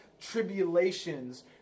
tribulations